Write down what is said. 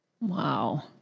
Wow